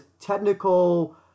technical